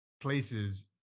places